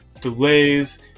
Delays